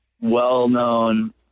well-known